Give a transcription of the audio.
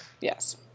Yes